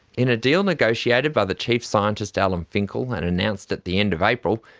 in a deal negotiated by the chief scientist alan finkel and announced at the end of april,